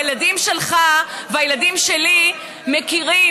הילדים שלך והילדים שלי מכירים,